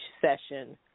session